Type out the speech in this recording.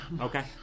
Okay